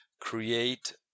create